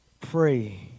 pray